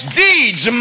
deeds